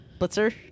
Blitzer